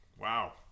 wow